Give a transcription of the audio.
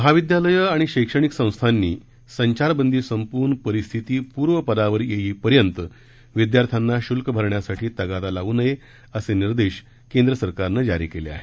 महाविद्यालयं आणि शैक्षणिक संस्थांनी संचारबंदी संपून परिस्थिती पूर्वपदावर येईपर्यंत विद्यार्थ्यांना शुल्क भरण्यासाठी तगादा लावू नये असे निर्देश केंद्र सरकारनं जारी केले आहेत